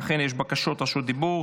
אכן, יש בקשות רשות דיבור.